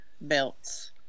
belts